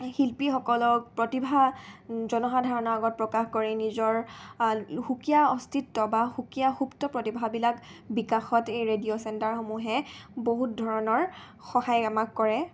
শিল্পীসকলক প্ৰতিভা জনসাধাৰণৰ আগত প্ৰকাশ কৰি নিজৰ সুকীয়া অস্তিত্ব বা সুকীয়া সুপ্ত প্ৰতিভাবিলাক বিকাশত এই ৰেডিঅ' চেণ্টাৰসমূহে বহুত ধৰণৰ সহায় আমাক কৰে